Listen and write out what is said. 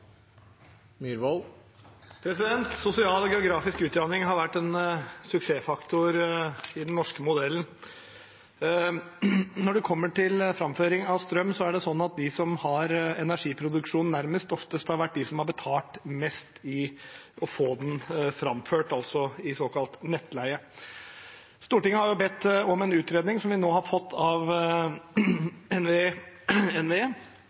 Sosial og geografisk utjamning har vært en suksessfaktor i den norske modellen. Når det kommer til framføring av strøm, er det sånn at de som har energiproduksjonen nærmest, oftest har vært dem som har betalt mest for å få den framført, i såkalt nettleie. Stortinget har bedt om en utredning, som vi nå har fått av NVE.